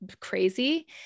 crazy